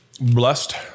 Blessed